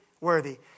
worthy